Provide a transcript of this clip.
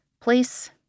Place